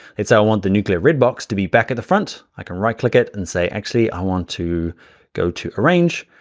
say i want the nuclear red box to be back in the front. i can right-click it and say actually i want to go to arrange,